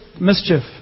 mischief